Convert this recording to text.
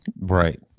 Right